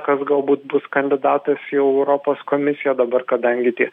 kas galbūt bus kandidatas į europos komisiją dabar kadangi tie